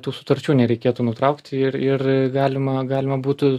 tų sutarčių nereikėtų nutraukti ir ir galima galima būtų